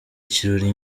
ikirori